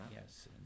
yes